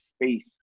faith